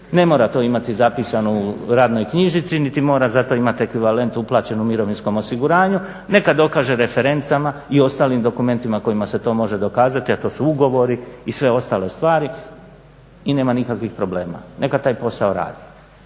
ne moram to imati zapisano u radnoj knjižici niti mora za to imati ekvivalent uplaćen u mirovinskom osiguranju neka dokaže referencama i ostalim dokumentnima kojima se to može dokazati, a to su ugovori i sve ostale stvari i nema nikakvih problema, neka taj posao radi.